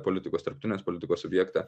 politikos tarptautinės politikos subjektą